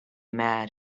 mad